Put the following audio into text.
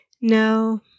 no